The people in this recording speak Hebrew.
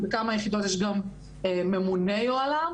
בכמה מהיחידות יש גם ממונה יוהל"מ,